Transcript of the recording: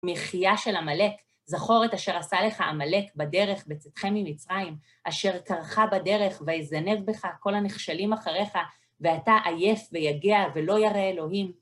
מחייה של עמלק, זכור את אשר עשה לך עמלק בדרך בצאתכם ממצרים, אשר קרך בדרך ויזנב בך כל הנכשלים אחריך, ואתה עייף ויגע ולא ירא אלוהים.